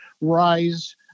rise